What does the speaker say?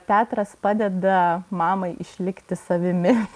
teatras padeda mamai išlikti savimi